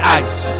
ice